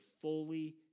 fully